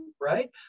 right